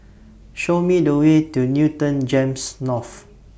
Show Me The Way to Newton Gems North